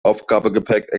aufgabegepäck